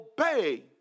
obey